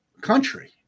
country